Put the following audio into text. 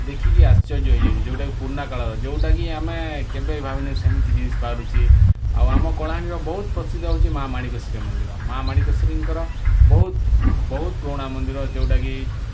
ଦେଖି କି ଆଶ୍ଚର୍ଯ୍ୟ ହେଇଯାଉଛି ଯେଉଁଟା ପୁରୁଣାକାଳର ଯେଉଁଟା କି ଆମେ କେବେ ଭାବିନୁ ସେମିତି ଜିନିଷ୍ ବାହାରୁଛି ଆଉ ଆମ କଳାହାଣ୍ଡିର ବହୁତ ପ୍ରସିଦ୍ଧ ହେଉଛି ମା ମାଣିକେଶ୍ୱରୀ ମନ୍ଦିର ମା ମାଣିକେଶ୍ୱରୀଙ୍କର ବହୁତ ବହୁତ ପୁରୁଣା ମନ୍ଦିର ଯେଉଁଟା କି